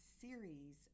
series